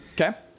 Okay